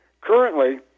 Currently